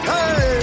Hey